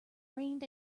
rained